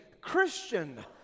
Christian